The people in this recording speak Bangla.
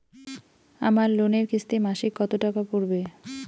আমার লোনের কিস্তি মাসিক কত টাকা পড়বে?